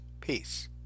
Peace